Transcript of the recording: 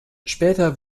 später